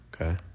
Okay